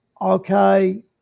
okay